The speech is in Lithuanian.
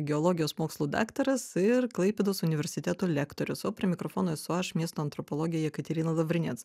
geologijos mokslų daktaras ir klaipėdos universiteto lektorius o prie mikrofono esu aš miesto antropologė jekaterina lavrinec